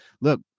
look